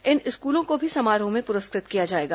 इन स्कूलों को भी समारोह में पुरस्कृत किया जाएगा